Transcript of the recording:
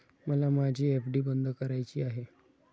मला माझी एफ.डी बंद करायची आहे